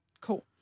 Cool